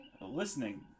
Listening